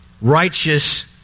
righteous